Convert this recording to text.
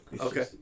Okay